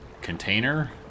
container